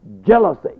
jealousy